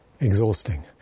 exhausting